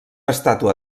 estàtua